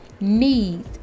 need